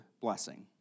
blessing